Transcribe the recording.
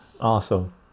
Awesome